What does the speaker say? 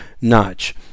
notch